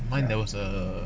mine there was a